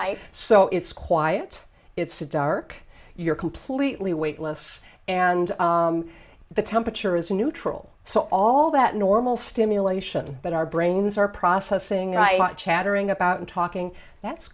so it's quiet it's dark you're completely weightless and the temperature is neutral so all that normal stimulation that our brains are processing chattering about and talking that's